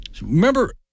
remember